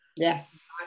Yes